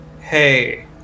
Hey